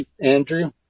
Andrew